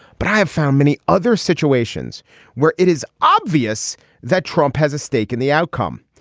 but i have found many other situations where it is obvious that trump has a stake in the outcome.